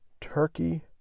turkey